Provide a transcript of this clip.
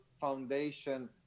foundation